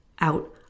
out